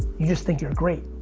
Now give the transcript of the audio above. you just think you're great.